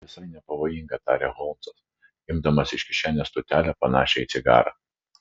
ji visai nepavojinga tarė holmsas imdamas iš kišenės tūtelę panašią į cigarą